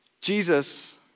Jesus